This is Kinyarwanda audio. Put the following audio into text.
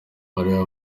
uriya